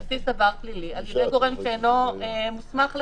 בסיס עבר פלילי זה גורם שאינו מוסמך לכך.